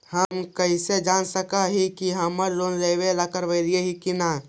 हम कईसे जान सक ही की हम लोन लेवेला काबिल ही की ना?